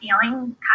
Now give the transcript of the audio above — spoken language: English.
feeling